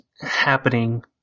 happening